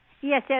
Yes